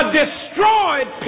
destroyed